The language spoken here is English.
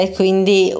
quindi